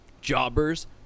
Jobbers